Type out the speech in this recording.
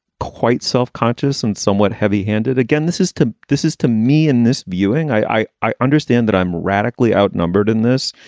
quite self-conscious and somewhat heavy handed. again, this is too. this is to me in this viewing. i i understand that i'm radically outnumbered in this.